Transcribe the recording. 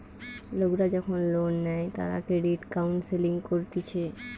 লোকরা যখন লোন নেই তারা ক্রেডিট কাউন্সেলিং করতিছে